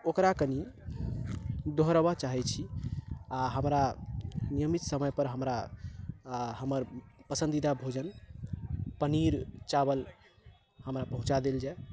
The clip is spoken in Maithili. ओकरा कनी दोहराबऽ चाहै छी आ हमरा नियमित समय पर हमरा आ हमर पसन्दीदा भोजन पनीर चावल हमरा पहुंचा देल जाय